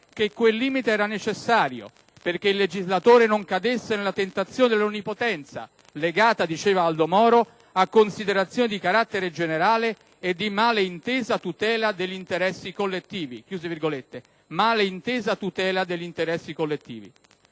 che quel limite era necessario perché il legislatore non cadesse nella tentazione dell'onnipotenza, legata - diceva Aldo Moro - a «considerazioni di carattere generale e di male intesa tutela degli interessi collettivi».